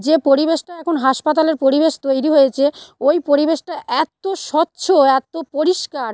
যে পরিবেশটা এখন হাসপাতালের পরিবেশ তৈরি হয়েছে ওই পরিবেশটা এত স্বচ্ছ এত পরিষ্কার